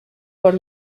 por